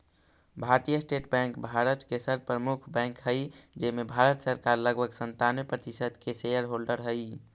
भारतीय state bank Bharat के सर्व प्रमुख बैंक हइ जेमें भारत सरकार लगभग सन्तानबे प्रतिशत के शेयर होल्डर हइ